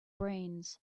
brains